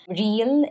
real